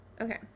Okay